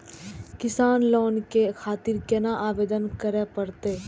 किसान लोन के खातिर केना आवेदन करें परतें?